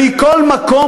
מכל מקום,